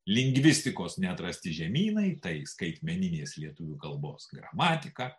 lingvistikos neatrasti žemynai tai skaitmeninės lietuvių kalbos gramatika